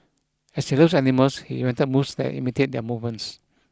as he loves animals he invented moves that imitate their moments